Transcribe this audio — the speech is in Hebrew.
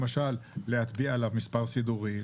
למשל להטביע עליו מספר סידורי,